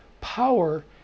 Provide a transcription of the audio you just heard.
power